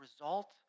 result